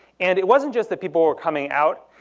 and it wasn't just that people were coming out,